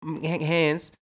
hands